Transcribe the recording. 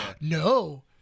no